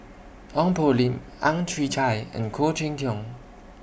Ong Poh Lim Ang Chwee Chai and Khoo Cheng Tiong